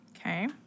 Okay